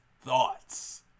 thoughts